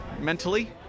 mentally